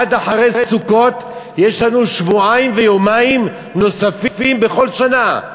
עד אחרי סוכות יש לנו שבועיים ויומיים נוספים בכל שנה.